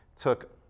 took